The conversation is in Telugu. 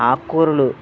ఆకుకూరలు